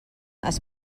has